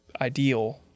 ideal